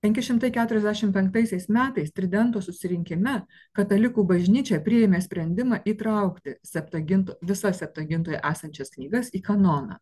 penki šimtai keturiasdešimt penktais metais tridento susirinkime katalikų bažnyčia priėmė sprendimą įtraukti septuagin visas septuagintoje esančias knygas į kanoną